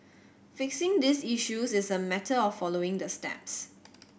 fixing these issues is a matter of following the steps